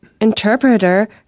interpreter